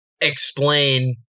explain